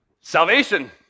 Salvation